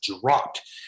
dropped